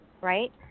right